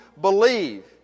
believe